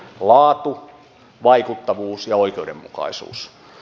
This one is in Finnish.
laatu vaikuttavuus ja oikeudenmukaisuus